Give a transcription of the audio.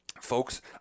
folks